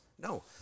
No